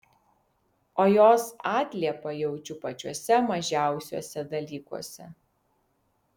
o jos atliepą jaučiu pačiuose mažiausiuose dalykuose